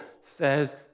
says